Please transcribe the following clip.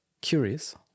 curious